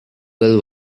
girl